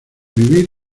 vivir